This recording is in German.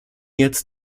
jetzt